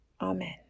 Amen